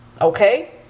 Okay